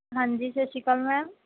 ਹਾਂਜੀ ਸਤਿ ਸ਼੍ਰੀ ਅਕਾਲ ਮੈਮ